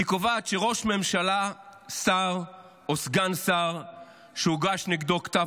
היא קובעת שראש ממשלה שר או סגן שר שהוגש נגדו כתב